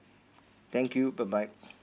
thank you bye bye